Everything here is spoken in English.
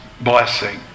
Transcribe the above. blessing